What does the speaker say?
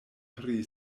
pri